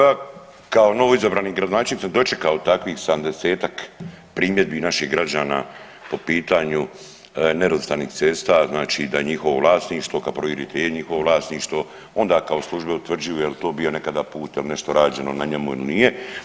Ja kao novoizabrani gradonačelnik sam dočekao takvih 70-ak primjedbi naših građana po pitanju nerazvrstanih cesta, znači da njihovo vlasništvo, kad provjerite je njihovo vlasništvo onda kao službe utvrđuju jel to nekada bio put, jel nešto rađeno na njemu ili nije.